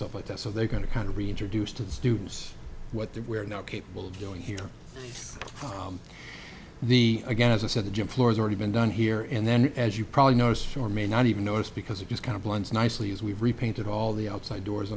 of like that so they're going to kind of reintroduce to the students what they were now capable of doing here the again as i said the gym floor is already been done here and then as you probably noticed for may not even notice because it just kind of blends nicely as we've repainted all the outside doors